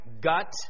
gut